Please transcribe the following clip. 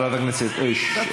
אויש,